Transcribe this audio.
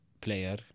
player